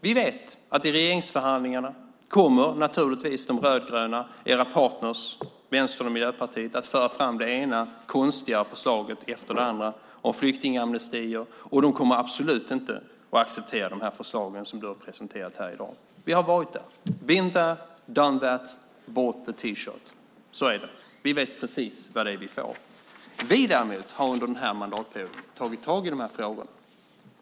Vi vet att i regeringsförhandlingarna kommer naturligtvis De rödgröna, era partner Vänstern och Miljöpartiet, att föra fram det ena konstiga förslaget efter det andra om flyktingamnesti. Och de kommer absolut inte att acceptera de förslag som du har presenterat här i dag. Vi har been there, done that, bought the T-shirt. Så är det. Vi vet precis vad det är vi får. Vi, däremot, har under den här mandatperioden tagit tag i de här frågorna.